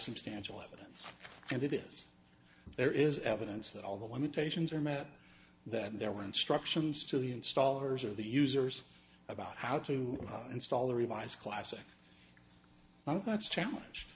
substantial evidence and it is there is evidence that all the limitations are met that there were instructions to the installers of the users about how to install the revised classic i think that's challenge